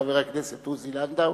חבר הכנסת עוזי לנדאו,